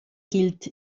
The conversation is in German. gilt